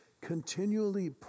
continually